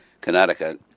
Connecticut